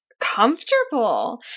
comfortable